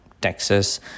Texas